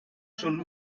schon